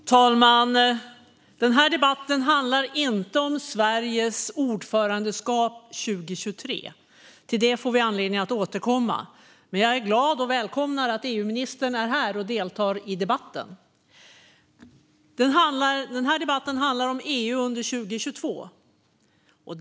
Fru talman! Denna debatt handlar inte om Sveriges ordförandeskap 2023. Till detta får vi anledning att återkomma. Men jag är glad över och välkomnar att EU-ministern är här och deltar i debatten. Denna debatt handlar om EU under 2022.